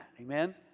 Amen